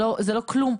זה לא כלום,